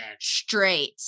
straight